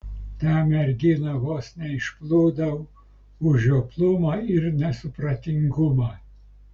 tą merginą vos neišplūdau už žioplumą ir nesupratingumą